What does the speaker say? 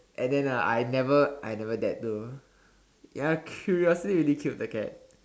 and then I never I never dared to ya curiosity really killed the cat